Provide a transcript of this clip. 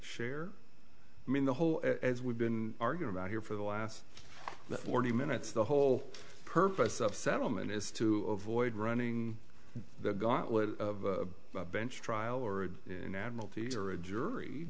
share i mean the whole as we've been arguing about here for the last forty minutes the whole purpose of settlement is to avoid running the gauntlet of a bench trial or a national theatre a jury